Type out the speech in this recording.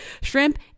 shrimp